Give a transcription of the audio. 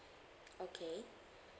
okay